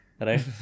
Right